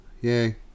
yay